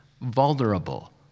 vulnerable